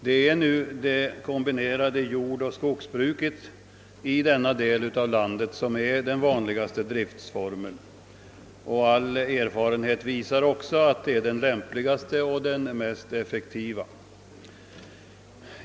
Det är det kombinerade jordoch skogsbruket som är den vanligaste driftsformen i denna del av landet. All erfarenhet visar också att den är den lämpligaste och mest effektiva.